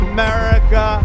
America